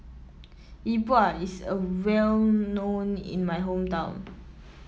E Bua is well known in my hometown